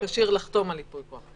כשיר לחתום על ייפוי כוח,